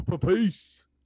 peace